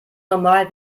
nochmal